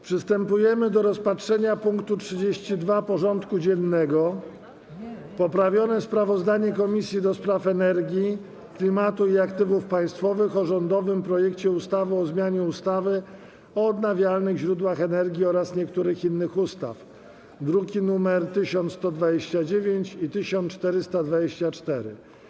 Przystępujemy do rozpatrzenia punktu 32. porządku dziennego: Poprawione sprawozdanie Komisji do Spraw Energii, Klimatu i Aktywów Państwowych o rządowym projekcie ustawy o zmianie ustawy o odnawialnych źródłach energii oraz niektórych innych ustaw (druki nr 1129 i 1424)